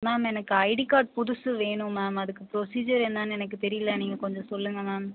ma'am எனக்கு ID card புதுசு வேணும் மேம் அதுக்கு ப்ரொசீஜர் என்னான்னு எனக்கு தெரியலை நீங்கள் கொஞ்சம் சொல்லுங்கள் மேம்